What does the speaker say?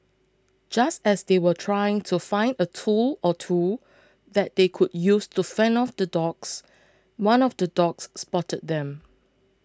just as they were trying to find a tool or two that they could use to fend off the dogs one of the dogs spotted them